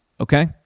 okay